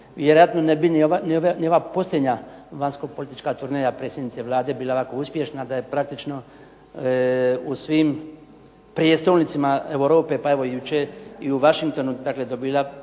vjerojatno ne bi ni ova posljednja vanjskopolitička turneja predsjednice Vlade bila ovako uspješna da je praktično u svim prijestolnicama Europe, pa i jučer u Washingtonu dobila